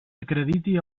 acrediti